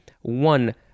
One